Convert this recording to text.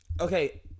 Okay